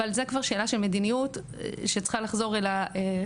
אבל זה כבר שאלה של מדיניות שצריכה לחזור אל הכנסת.